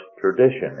Tradition